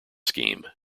scheme